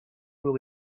will